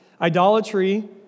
Idolatry